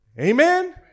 Amen